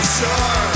sure